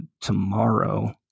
tomorrow